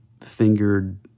fingered